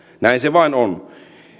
näin se vain on